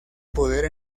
poder